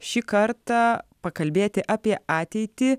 šį kartą pakalbėti apie ateitį